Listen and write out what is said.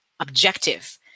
objective